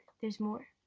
there's more.